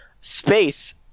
space